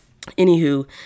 anywho